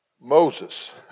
Moses